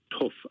tough